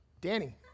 Danny